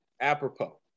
apropos